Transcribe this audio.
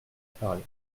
parler